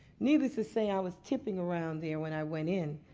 needless to say i was tipping around there when i went in.